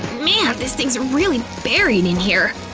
man, this thing's really buried in here!